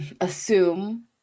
assume